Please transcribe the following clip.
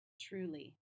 Truly